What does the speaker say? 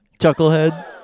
Chucklehead